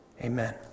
Amen